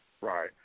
Right